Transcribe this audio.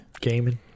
gaming